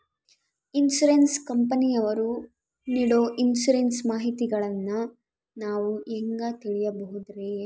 Insurance ಕಂಪನಿಯವರು ನೇಡೊ insurance ಮಾಹಿತಿಗಳನ್ನು ನಾವು ಹೆಂಗ ತಿಳಿಬಹುದ್ರಿ?